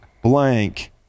Blank